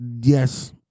Yes